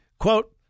Quote